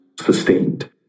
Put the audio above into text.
sustained